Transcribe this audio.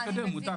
אבל